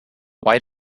why